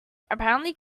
apparently